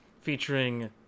featuring